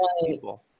people